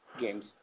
games